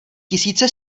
tisíce